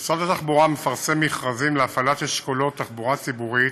משרד התחבורה מפרסם מכרזים להפעלת אשכולות תחבורה ציבורית,